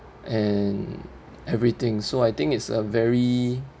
and everything so I think it's a very